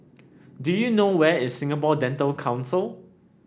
do you know where is Singapore Dental Council